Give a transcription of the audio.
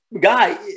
guy